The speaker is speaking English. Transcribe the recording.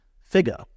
figure